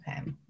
Okay